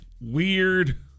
Weird